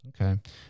Okay